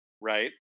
right